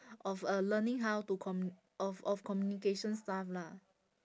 of uh learning how to comm~ of of communication stuff lah